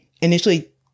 initially